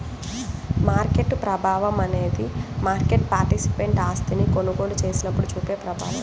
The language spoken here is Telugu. మార్కెట్ ప్రభావం అనేది మార్కెట్ పార్టిసిపెంట్ ఆస్తిని కొనుగోలు చేసినప్పుడు చూపే ప్రభావం